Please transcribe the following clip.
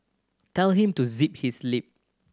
tell him to zip his lip